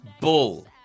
Bull